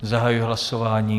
Zahajuji hlasování.